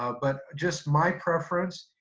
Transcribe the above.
ah but, just my preference,